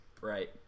Right